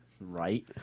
Right